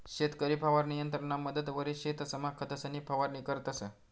शेतकरी फवारणी यंत्रना मदतवरी शेतसमा खतंसनी फवारणी करतंस